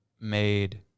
made